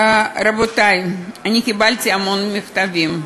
רבותי, אני קיבלתי המון מכתבים,